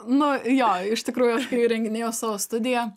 nu jo iš tikrųjų aš kai įrenginėjau savo studiją